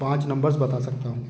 पाँच नंबर्स बता सकता हूँ